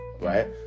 Right